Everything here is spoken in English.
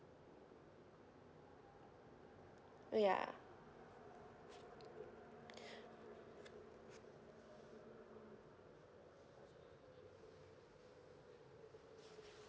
ya